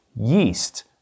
yeast